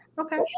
Okay